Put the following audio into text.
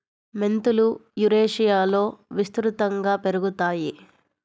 మెంతులు యురేషియాలో విస్తృతంగా పెరుగుతాయి